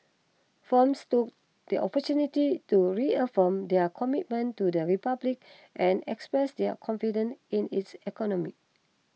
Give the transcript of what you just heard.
firms took the opportunity to reaffirm their commitment to the Republic and express their confidence in its economy